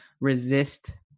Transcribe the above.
resist